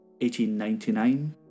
1899